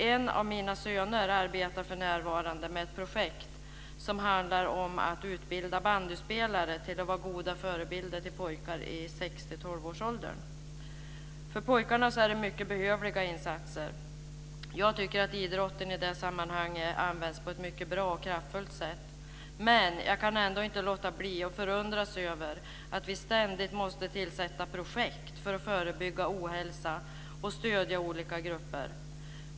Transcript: En av mina söner arbetar för närvarande med ett projekt som handlar om att utbilda bandyspelare till att vara goda förebilder för pojkar i 6-12-årsåldern. För pojkarna är det mycket behövliga insatser. Jag tycker att idrotten i det sammanhanget används på ett mycket bra och kraftfullt sätt, men jag kan ändå inte låta bli att förundras över att vi ständigt måste sätta i gång projekt för att förebygga ohälsa och stödja olika grupper.